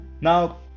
Now